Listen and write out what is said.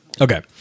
Okay